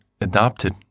adopted